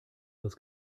was